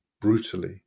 brutally